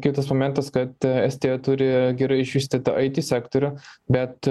kitas momentas kad estija turi gerai išvystytą it sektorių bet